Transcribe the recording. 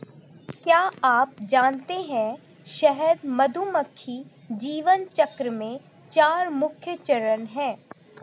क्या आप जानते है शहद मधुमक्खी जीवन चक्र में चार मुख्य चरण है?